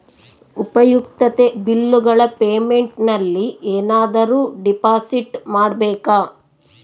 ಉಪಯುಕ್ತತೆ ಬಿಲ್ಲುಗಳ ಪೇಮೆಂಟ್ ನಲ್ಲಿ ಏನಾದರೂ ಡಿಪಾಸಿಟ್ ಮಾಡಬೇಕಾ?